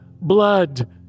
blood